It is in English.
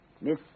Miss